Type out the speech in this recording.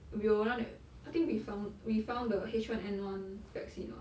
we were the one that I think we found we found the H one N one vaccine [what]